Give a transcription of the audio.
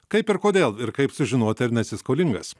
kaip ir kodėl ir kaip sužinoti ar nesi skolingas